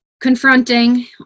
confronting